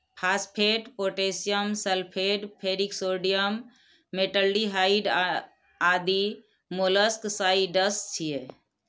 phosphate, potassium sulphate, ferric sodium, metaldehyde आदि molluscicides छियै